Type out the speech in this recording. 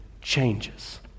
changes